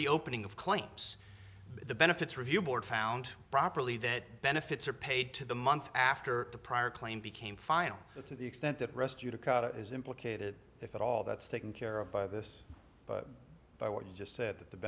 reopening of claims the benefits review board found properly that benefits are paid to the month after the prior claim became final to the extent that rescue to cut is implicated if at all that's taken care of by this by what you just said that the